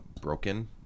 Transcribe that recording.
broken